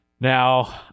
Now